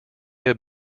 have